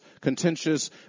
contentious